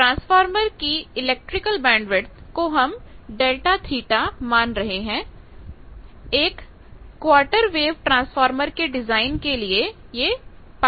transformer की electrical bandwidth को हम Δθ मान रहे हैं एक क्वार्टर वेव ट्रांसफार्मर के डिजाइन के लिए π2 है